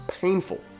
Painful